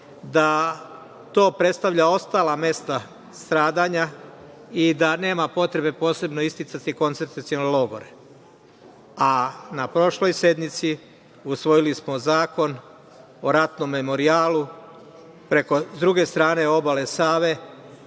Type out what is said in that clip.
da to predstavlja ostala mesta stradanja i da nema potrebe posebno isticati koncentracione logore. A na prošloj sednici usvojili smo Zakon o ratnom memorijalu preko druge strane obale Save